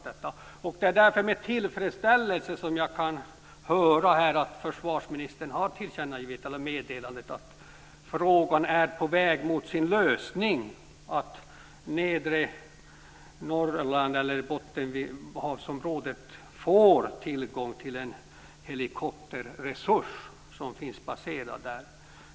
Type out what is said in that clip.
Det är därför med tillfredsställelse som jag här har hört att försvarsministern har meddelat att frågan är på väg mot sin lösning och att Bottenhavsområdet får tillgång till en helikopterresurs som skall finnas baserad där.